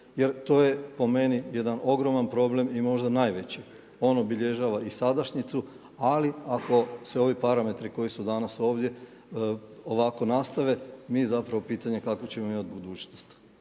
Jer to je po meni jedan ogroman problem i možda najveći. On obilježava i sadašnjicu, ali ako se ovi parametri koji su danas ovdje ovako nastave …/Govornik se ne razumije./… kakvu ćemo imati budućnost.